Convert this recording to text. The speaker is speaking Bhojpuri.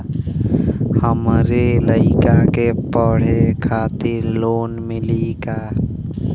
हमरे लयिका के पढ़े खातिर लोन मिलि का?